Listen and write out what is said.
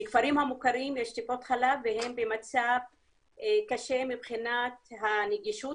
בכפרים המוכרים יש טיפות חלב והם במצב קשה מבחינת הנגישות